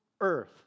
earth